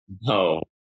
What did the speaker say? No